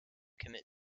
commit